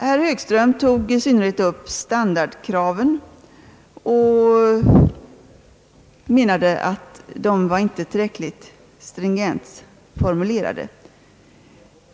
Herr Högström tog i synnerhet upp standardkraven och menade att de inte var tillräckligt stringent formulerade.